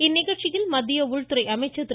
இந்நிகழ்ச்சியில் மத்திய உள்துறை அமைச்சர் திரு